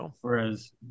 Whereas